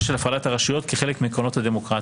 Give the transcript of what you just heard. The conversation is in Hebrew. של הפרדת רשויות כחלק מעקרונות הדמוקרטיה.